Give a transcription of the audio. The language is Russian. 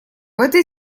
этой